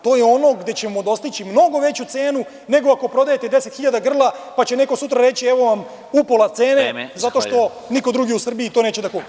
To je ono gde ćemo dostići mnogo veću cenu, nego ako prodajete 10.000 grla, pa će neko sutra reći – evo vam upola cene, jer niko drugi u Srbiji to neće da kupi.